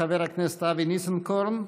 חבר הכנסת אבי ניסנקורן.